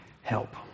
help